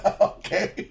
Okay